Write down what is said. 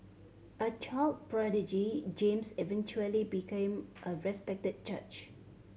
a child prodigy James eventually became a respected judge